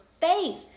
face